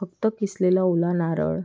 फक्त किसलेला ओला नारळ